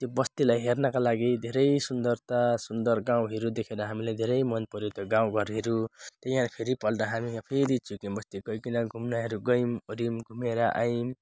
त्यो बस्तीलाई हेर्नका लागि धेरै सुन्दरता सुन्दर गाउँहरू देखेर हामीलाई घेरै मन पर्यो त्यो गाउँ घरहरू त्यहाँ फेरि पल्ट हामी यहाँ फेरि चुइकिम बस्ती गईकन घुम्नुहरू गयौँ अर्यौँ घुमेर आयौँ